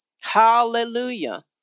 Hallelujah